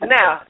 Now